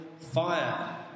fire